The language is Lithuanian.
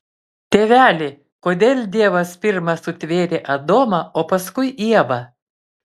tėveli kodėl dievas pirma sutvėrė adomą o paskui ievą